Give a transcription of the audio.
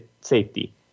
safety